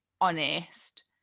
honest